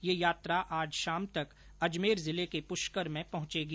ये यात्रा आज शाम तक अजमेर जिले के पुष्कर में पहुंचेगी